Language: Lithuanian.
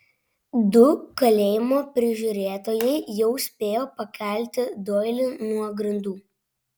du kalėjimo prižiūrėtojai jau spėjo pakelti doilį nuo grindų